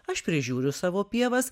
aš prižiūriu savo pievas